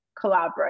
collaborate